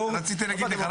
יהודה.